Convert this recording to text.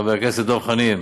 חבר הכנסת דב חנין: